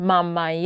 Mama